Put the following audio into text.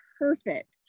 perfect